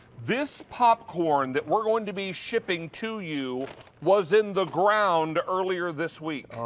this popcorn that we're going to be shipping to you was in the ground earlier this week.